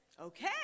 Okay